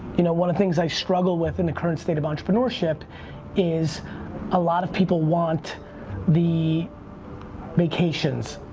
you know one of the things i struggle with in the current state of entrepreneurship is a lot of people want the vacations,